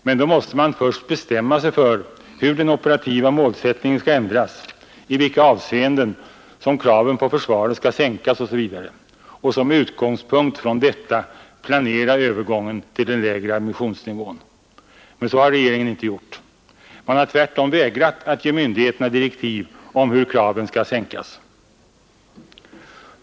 Men då måste man först bestämma sig för hur den operativa målsättningen skall ändras, i vilka avseenden som kraven på försvaret skall sänkas osv. och med utgångspunkt i detta planera övergången till den lägre ambitionsnivån. Så har regeringen inte gjort. Man har tvärtom vägrat att ge myndigheterna direktiv om hur kraven skall sänkas.